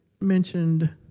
mentioned